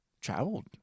traveled